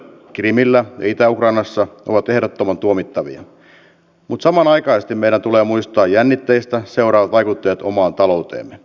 venäjän toimet krimillä ja itä ukrainassa ovat ehdottoman tuomittavia mutta samanaikaisesti meidän tulee muistaa jännitteistä seuraavat vaikuttajat omaan talouteemme